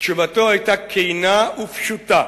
תשובתו היתה כנה ופשוטה: